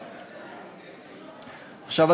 עכשיו,